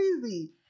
crazy